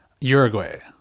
uruguay